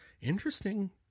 interesting